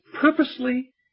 purposely